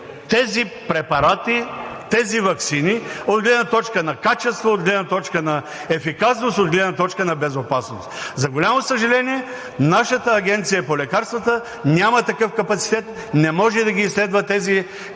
тези препарати, тези ваксини от гледна точка на качество, от гледна точка на ефикасност, от гледна точка на безопасност. За голямо съжаление, нашата Агенция по лекарствата няма такъв капацитет, не може да ги изследва тези качества,